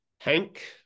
Hank